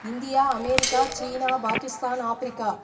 India America China Pakistan Africa